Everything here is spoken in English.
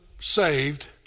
Saved